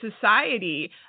society